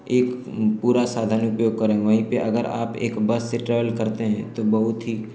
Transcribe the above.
एक पूरा साधन उपयोग करें वहीं पर अगर आप एक बस से ट्रेवल करते हैं तो बहुत ही